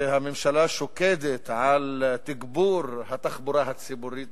שהממשלה שוקדת על תגבור התחבורה הציבורית